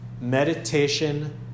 Meditation